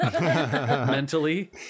mentally